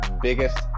biggest